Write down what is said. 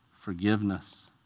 forgiveness